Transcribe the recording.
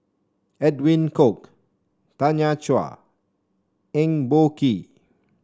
Edwin Koek Tanya Chua Eng Boh Kee